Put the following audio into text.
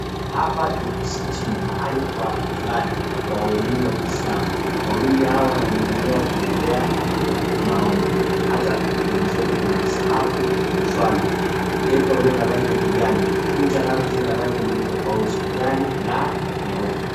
Hapa ni msikitini, mahali kwa ibada waumini wa kiislamu. Wawili hawa wanaonekaniwa wakiendelea maombi, hata pembezoni kuna msaafu, mkeka uliyo na rangi ya kijani, kuta nazo zina rangi mbili tofauti, kijani na nyeupe